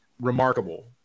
remarkable